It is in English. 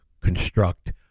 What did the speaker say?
construct